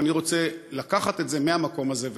ואני רוצה לקחת את זה מהמקום הזה והלאה.